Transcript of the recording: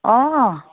অঁ